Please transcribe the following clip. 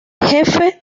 jefe